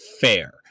fair